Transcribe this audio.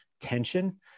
tension